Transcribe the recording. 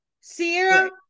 Sierra